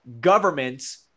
governments